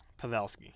pavelski